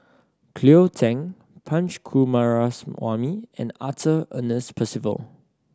Cleo Thang Punch Coomaraswamy and Arthur Ernest Percival